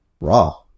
Raw